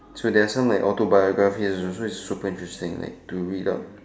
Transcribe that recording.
so there are some like autobiographies also so it's also like super interesting like to read up